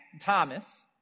Thomas